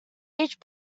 each